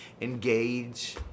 Engage